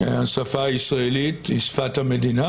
השפה הישראלית היא שפת המדינה,